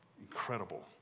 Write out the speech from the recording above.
Incredible